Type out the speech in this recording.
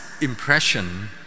impression